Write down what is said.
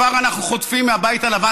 כבר אנחנו חוטפים מהבית הלבן,